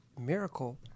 miracle